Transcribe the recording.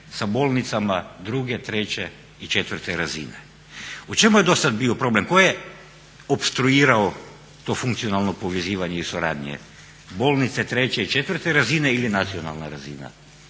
sa bolnicama druge, treće i četvrte razine. U čemu je do sad bio problem? Tko je opstruirao to funkcionalno povezivanje i suradnje bolnice treće i četvrte razine ili nacionalna razina?